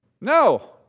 No